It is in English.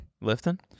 Lifting